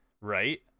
right